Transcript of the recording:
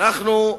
אנחנו,